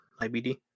IBD